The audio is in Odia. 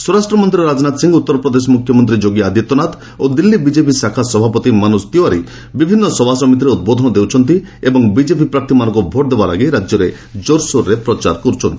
ସ୍ୱରାଷ୍ଟ୍ରମନ୍ତ୍ରୀ ରାଜନାଥ ସିଂହ ଉତ୍ତରପ୍ରଦେଶ ମୁଖ୍ୟମନ୍ତ୍ରୀ ଯୋଗୀ ଆଦିତ୍ୟନାଥ ଓ ଦିଲ୍ଲୀ ବିଜେପି ଶାଖା ସଭାପତି ମନୋକ ତିୱାରୀ ବିଭିନ୍ନ ସଭାସମିତିରେ ଉଦ୍ବୋଧନ ଦେଉଛନ୍ତି ଏବଂ ବିଜେପି ପ୍ରାର୍ଥୀମାନଙ୍କୁ ଭୋଟ୍ ଦେବା ପାଇଁ ରାଜ୍ୟରେ ଜୋର୍ସୋରରେ ପ୍ରଚାର କରୁଛନ୍ତି